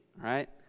right